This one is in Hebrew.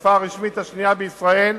השפה הרשמית השנייה בישראל,